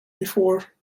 before